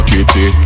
Kitty